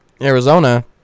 Arizona